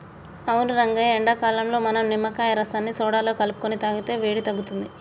అవును రంగయ్య ఎండాకాలంలో మనం నిమ్మకాయ రసాన్ని సోడాలో కలుపుకొని తాగితే వేడి తగ్గుతుంది